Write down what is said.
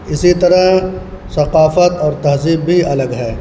اسی طرح ثقافت اور تہذیب بھی الگ ہے